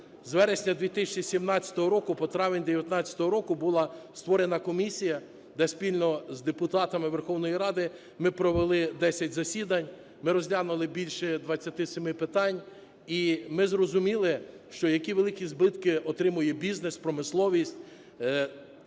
з вересня 2017 року по травень 19-го року, була створена комісія, де спільно з депутатами Верховної Ради ми провели десять засідань. Ми розглянули більше 27 питань і ми зрозуміли, що які великі збитки отримує бізнес, промисловість, і саме